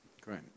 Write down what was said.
Great